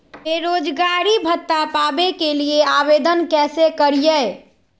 बेरोजगारी भत्ता पावे के लिए आवेदन कैसे करियय?